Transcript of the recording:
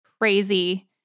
crazy